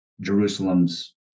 Jerusalem's